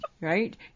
right